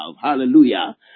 hallelujah